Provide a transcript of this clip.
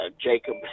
Jacob